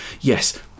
yes